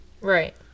Right